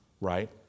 Right